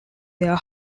their